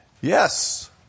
Yes